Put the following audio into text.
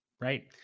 right